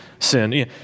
Sin